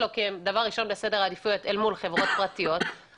כדבר ראשון בסדר העדיפויות אל מול חברות פרטיות,